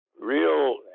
real